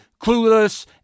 clueless